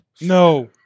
No